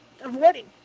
avoiding